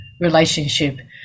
relationship